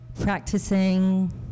practicing